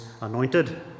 anointed